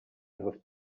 ihres